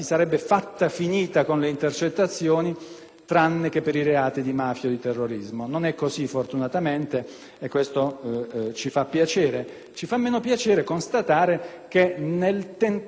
tranne che per i reati di mafia e terrorismo. Non è così, fortunatamente, e questo ci fa piacere. Ci fa meno piacere constatare che, nel tentativo di dare un senso a questo intervento normativo,